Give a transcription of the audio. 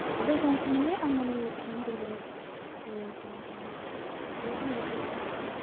ആദ്യമൊക്കെയെന്ന് വെച്ചിട്ടുണ്ടെങ്കിൽ അമ്മേനോട് ചോദിച്ചിട്ടാണ് കൂടുതലായിട്ടും ചെയ്യാൻ ശ്രമിക്കാറ് ഇപ്പോഴാണ് യൂട്യൂബ് ഒക്കെ നോക്കാൻ തുടങ്ങിയത്